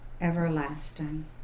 Everlasting